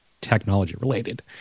technology-related